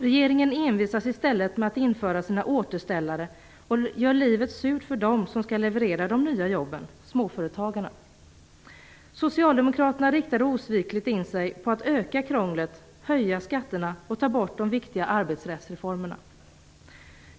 Regeringen envisas i stället med att införa sina "återställare" och gör livet surt för dem som skall leverera de nya jobben, nämligen småföretagarna. Socialdemokraterna riktade osvikligt in sig på att öka krånglet, höja skatterna och ta bort de viktiga arbetsrättsreformerna.